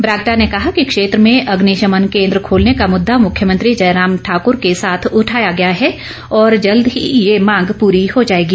बरागटा ने कहा कि क्षेत्र में अग्निशमन केन्द्र खोलने का मुद्दा मुख्यमंत्री जयराम ठाकुर के साथ उठाया गया है और जल्द ही ये मांग पूरी हो जाएगी